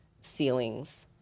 ceilings